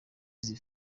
izi